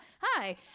hi